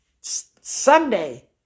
Sunday